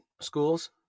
schools